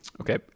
Okay